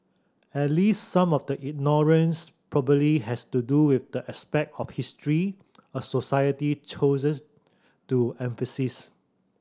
at least some of the ignorance probably has to do with the aspect of history a society chooses to emphasise